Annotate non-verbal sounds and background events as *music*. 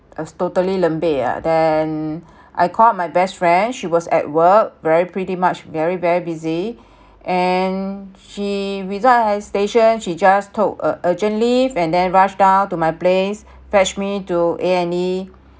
I was totally lembik eh then *breath* I call out my best friend she was at work very pretty much very very busy *breath* and she without hesitation she just took a urgent leave and then rush down to my place fetch me to A and E